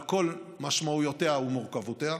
על כל משמעויותיה ומורכבותה,